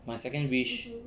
my second wish